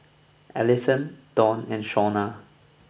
Allisson Donn and Shawna